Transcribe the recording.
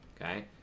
okay